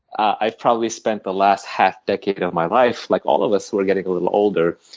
i've probably spent the last half decade of my life, like all of us who are getting a little older,